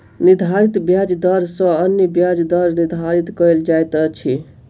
निर्धारित ब्याज दर सॅ अन्य ब्याज दर निर्धारित कयल जाइत अछि